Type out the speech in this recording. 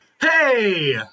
Hey